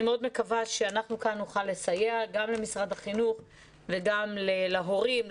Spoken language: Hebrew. אני מאוד מקווה שאנחנו כאן נוכל לסייע גם למשרד החינוך וגם להורים,